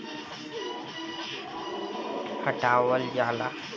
साफ सफाई रखे खातिर भेड़ के चेहरा अउरी थान के आस पास के बाल काट के हटावल जाला